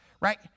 right